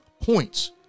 points